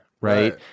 right